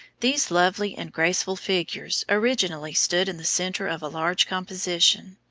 these lovely and graceful figures originally stood in the centre of a large composition,